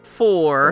four